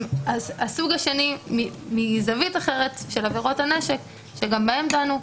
הסוג השני מזווית אחרת של עבירות הנשק שגם בהן דנו.